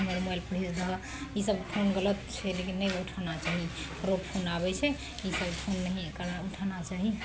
हमर मोबाइलपर भेज दह ईसब फोन गलत छै लेकिन नै उठाना चाही रोज फोन आबय छै ईसब फोन नहीं उठाना चाही